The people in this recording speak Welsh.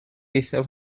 eithaf